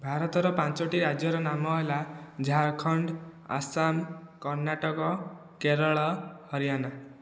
ଭାରତର ପାଞ୍ଚୋଟି ରାଜ୍ୟର ନାମ ହେଲା ଝାରଖଣ୍ଡ ଆସାମ କର୍ଣ୍ଣାଟକ କେରଳ ହରିୟାନା